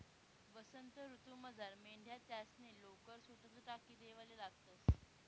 वसंत ऋतूमझार मेंढ्या त्यासनी लोकर सोताच टाकी देवाले लागतंस